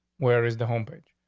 where is the home page?